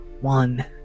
one